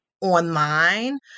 online